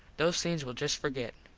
those things we'll just forget.